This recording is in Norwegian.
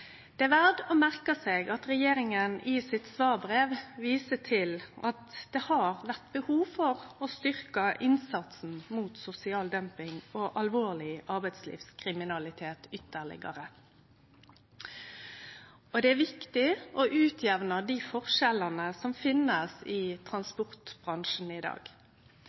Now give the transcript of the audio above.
Det er verd å merke seg at regjeringa i svarbrevet sitt viser til at det har vore behov for å styrkje innsatsen mot sosial dumping og alvorleg arbeidslivskriminalitet ytterlegare. Det er viktig å utjamne dei forskjellane som finst i transportbransjen i dag.